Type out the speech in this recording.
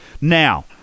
Now